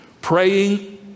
praying